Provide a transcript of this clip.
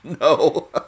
No